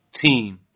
team